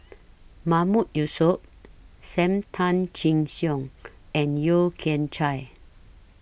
Mahmood Yusof SAM Tan Chin Siong and Yeo Kian Chye